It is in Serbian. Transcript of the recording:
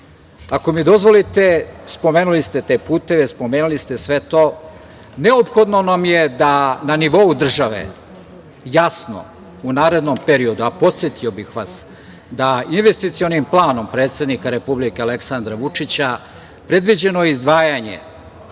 mi dozvolite, spomenuli ste te puteve, spomenuli ste sve to, neophodno nam je da na nivou države jasno u narednom periodu, a podsetio bih vas da je Investicionim planom predsednika Republika Aleksandra Vučića predviđeno izdvajanje